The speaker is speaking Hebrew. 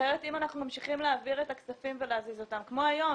כמו היום,